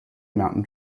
mountain